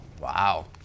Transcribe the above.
Wow